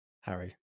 Harry